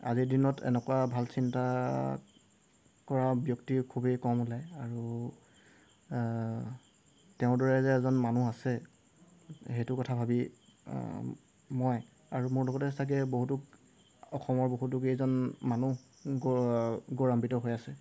আজিৰ দিনত এনেকুৱা ভাল চিন্তা কৰা ব্যক্তি খুবেই কম ওলায় আৰু তেওঁৰ দৰে যে এজন মানুহ আছে সেইটো কথা ভাবি মই আৰু মোৰ লগতে চাগে বহুতো অসমৰ বহুতো কেইজন মানুহ গৌৰৱান্বিত হৈ আছে